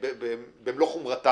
בינואר.